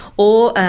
or,